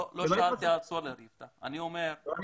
בעוד